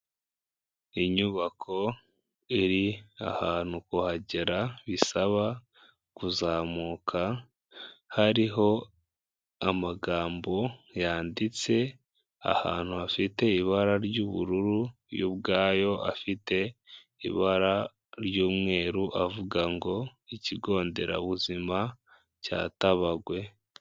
Inyubako iri ahantu kuhagera bisaba kuzamuka, hariho amagambo yanditse ahantu hafite ibara ry'ubururu yo ubwayo afite ibara ry'umweru avuga ngo ikigo nderabuzima cya Tabagwe.